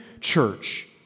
church